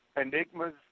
Enigmas